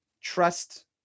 trust